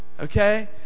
Okay